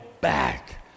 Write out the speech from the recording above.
back